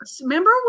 remember